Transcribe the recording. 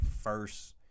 first